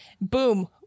Boom